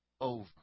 over